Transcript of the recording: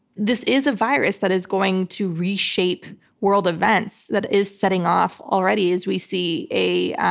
this is a virus that is going to reshape world events, that is setting off already as we see a